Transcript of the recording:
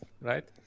Right